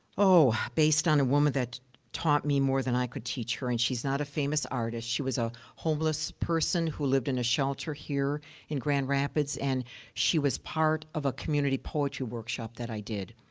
oh, based on a woman that taught me more than i could teach her, and she's not a famous artist. she was a homeless person who lived in a shelter here in grand rapids, and she was part of a community poetry workshop that i did.